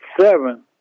seven